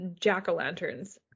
jack-o'-lanterns